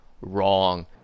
Wrong